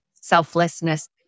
selflessness